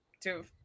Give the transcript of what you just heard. two